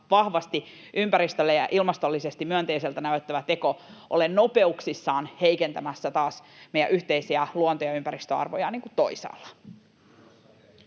vahvasti ympäristölle ja ilmastollisesti myönteiseltä näyttävä teko ole nopeuksissaan heikentämässä meidän yhteisiä luonto- ja ympäristöarvojamme toisaalla.